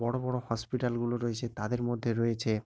বড়ো বড়ো হসপিটালগুলো রয়েছে তাদের মধ্যে রয়েছে